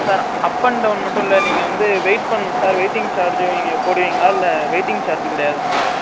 sir up and down மட்டும் இல்லை நீங்கள் வந்து வெயிட் பண்ணணும் சார் வெயிட்டிங் சார்ஜு நீங்கள் போடுவீங்களா இல்லை வெயிட்டிங் சார்ஜ் கிடையாதுங்களா